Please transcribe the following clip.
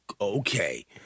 okay